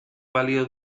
balio